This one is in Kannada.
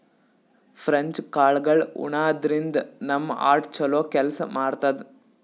ಫ್ರೆಂಚ್ ಕಾಳ್ಗಳ್ ಉಣಾದ್ರಿನ್ದ ನಮ್ ಹಾರ್ಟ್ ಛಲೋ ಕೆಲ್ಸ್ ಮಾಡ್ತದ್